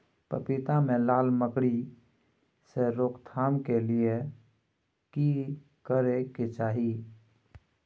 पपीता मे लाल मकरी के रोक थाम के लिये की करै के चाही?